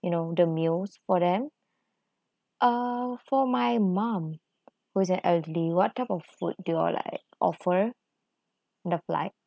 you know the meals for them uh for my mom was an elderly what type of food do you all like offer the flight